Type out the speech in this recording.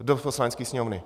Kdo z Poslanecké sněmovny?